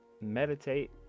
Meditate